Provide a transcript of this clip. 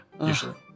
usually